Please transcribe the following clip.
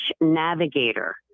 navigator